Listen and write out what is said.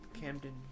Camden